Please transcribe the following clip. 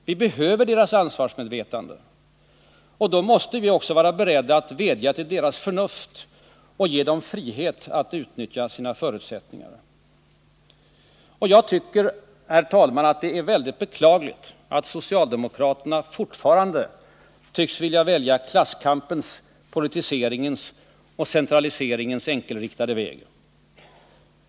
Vi behöver deras ansvarsmedvetande, och då måste vi också vara beredda att vädja till deras förnuft och ge dem frihet att utnyttja sina förutsättningar. Jag tycker, herr talman, att det är väldigt beklagligt att socialdemokraterna fortfarande tycks vilja välja klasskampens, politiseringens och centraliseringens enkelriktade väg.